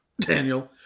Daniel